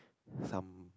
some